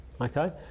okay